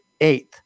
eighth